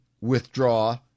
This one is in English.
withdraw